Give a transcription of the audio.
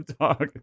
talk